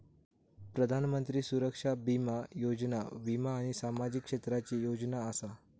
प्रधानमंत्री सुरक्षा बीमा योजना वीमा आणि सामाजिक क्षेत्राची योजना असा